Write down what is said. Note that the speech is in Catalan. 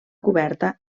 coberta